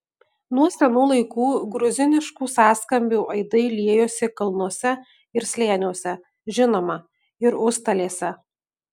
nuo senų laikų gruziniškų sąskambių aidai liejosi kalnuose ir slėniuose žinoma ir užstalėse